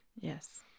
Yes